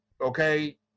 okay